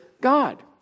God